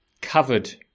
covered